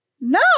No